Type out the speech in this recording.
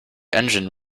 engine